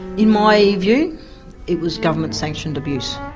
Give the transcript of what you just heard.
in my view it was government sanctioned abuse,